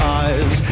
eyes